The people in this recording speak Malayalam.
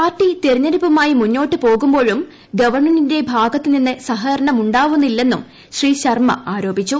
പാർട്ടി തിരഞ്ഞെടുപ്പുമായി മുന്നോട്ട് പോകുമ്പോഴും ഗവൺമെന്റിന്റെ ഭാഗത്ത് നിന്ന് സഹകരണം ഉണ്ടാവുന്നില്ലെന്നും ശ്രീ ശർമ്മ ആരോപിച്ചു